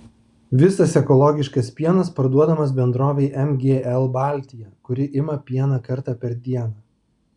visas ekologiškas pienas parduodamas bendrovei mgl baltija kuri ima pieną kartą per dieną